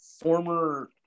former